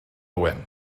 owen